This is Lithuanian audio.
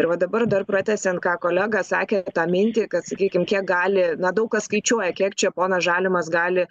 ir va dabar dar pratęsiant ką kolega sakė tą mintį kad sakykim kiek gali na daug kas skaičiuoja kiek čia ponas žalimas gali